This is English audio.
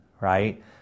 right